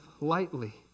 lightly